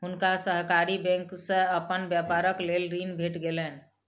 हुनका सहकारी बैंक से अपन व्यापारक लेल ऋण भेट गेलैन